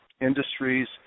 industries